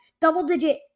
double-digit